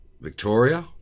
Victoria